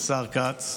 השר כץ,